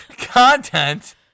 Content